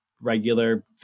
regular